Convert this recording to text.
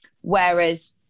Whereas